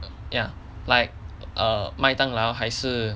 ya like err 麦当劳还是